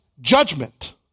judgment